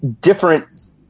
different